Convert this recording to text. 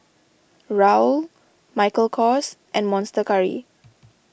Raoul Michael Kors and Monster Curry